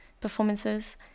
performances